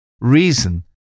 Reason